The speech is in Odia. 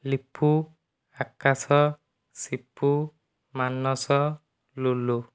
ଲିପୁ ଆକାଶ ସିପୁ ମାନସ ଲୁଲୁ